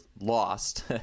lost